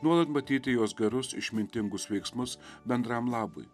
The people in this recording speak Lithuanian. nuolat matyti jos gerus išmintingus veiksmus bendram labui